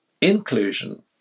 inclusion